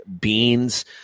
beans